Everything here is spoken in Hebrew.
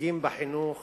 הישגים בחינוך